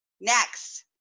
Next